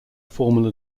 formal